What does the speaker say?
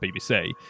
BBC